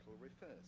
refers